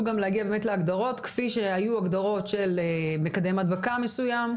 גם להגיע באמת להגדרות כפי שהיו הגדרות של מקדם הדבקה מסוים,